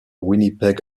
winnipeg